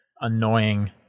annoying